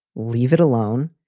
leave it alone.